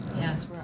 Yes